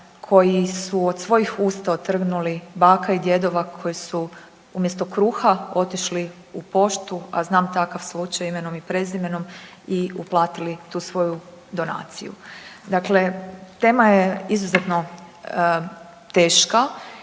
koji su od svojih usta otrgnuli, baka i djedova koji su umjesto kruha otišli u poštu, a znam takav slučaj imenom i prezimenom i uplatili tu svoju donaciju. Dakle, tema je izuzetno teška